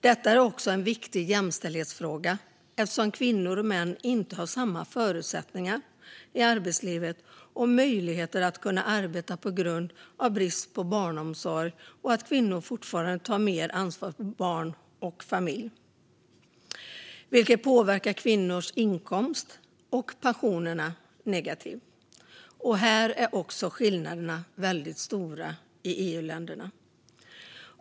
Detta är också en viktig jämställdhetsfråga, eftersom kvinnor och män inte har samma förutsättningar i arbetslivet och möjligheter att arbeta på grund av brist på barnomsorg och då kvinnor fortfarande tar mer ansvar för barn och familj, vilket påverkar kvinnors inkomster och pensioner negativt. Här är skillnaderna också väldigt stora i EU-länderna.